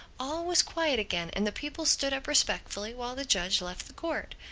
all was quiet again and the people stood up respectfully while the judge left the court.